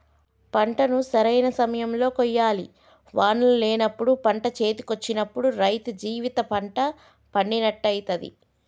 పంటను సరైన సమయం లో కోయాలి వానలు లేనప్పుడు పంట చేతికొచ్చినప్పుడు రైతు జీవిత పంట పండినట్టయితది